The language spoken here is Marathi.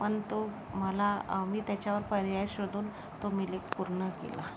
पण तो मला मी त्याच्यावर पर्याय शोधून तो मी लेख पूर्ण केला